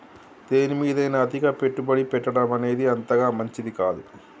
దేనిమీదైనా అతిగా పెట్టుబడి పెట్టడమనేది అంతగా మంచిది కాదు